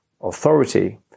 authority